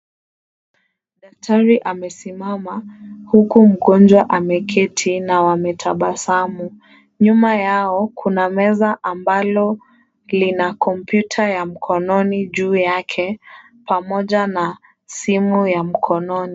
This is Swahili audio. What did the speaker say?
Daktari amesimama huku mgonjwa ameketi na wametabasamu. Nyuma yao kuna meza ambalo lina kompyuta ya mkononi juu yake pamoja na simu ya mkononi.